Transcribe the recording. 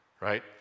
right